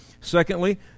Secondly